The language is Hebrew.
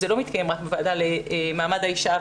זה לא מתקיים רק בוועדה למעמד האישה,